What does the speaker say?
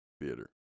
theater